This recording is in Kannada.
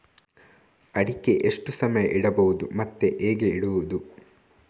ಅಡಿಕೆ ಎಷ್ಟು ಸಮಯ ಇಡಬಹುದು ಮತ್ತೆ ಹೇಗೆ ಇಡುವುದು?